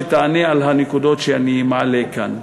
שתענה על הנקודות שאני מעלה כאן.